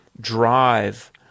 drive